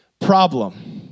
problem